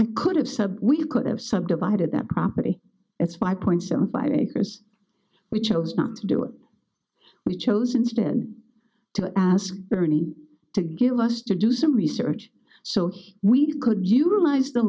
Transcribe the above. i could have said we could have subdivided that property it's five point seven five acres we chose not to do it we chose instead to ask for any to give us to do some research so we could you realize the